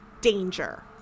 danger